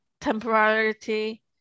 temporality